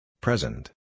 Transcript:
Present